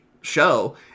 show